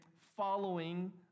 following